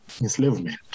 enslavement